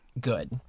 good